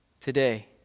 Today